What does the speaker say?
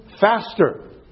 faster